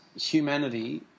humanity